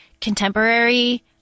contemporary